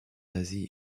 asie